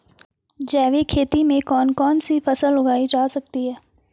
जैविक खेती में कौन कौन सी फसल उगाई जा सकती है?